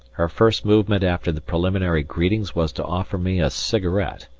her first movement after the preliminary greetings was to offer me a cigarette!